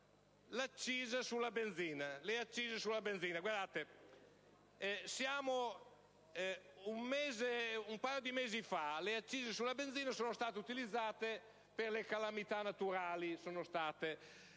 accise sulla benzina. Un paio di mesi fa le accise sulla benzina sono state utilizzate per le calamità naturali,